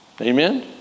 Amen